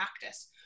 practice